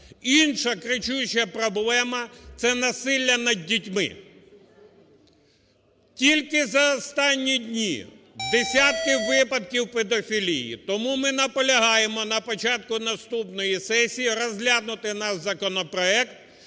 Інша кричуща проблема – це насилля над дітьми. Тільки за останні дні десятки випадків педофілії. Тому ми наполягаємо на початку наступної сесії розглянути наш законопроект